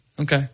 Okay